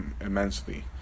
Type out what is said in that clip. immensely